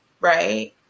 right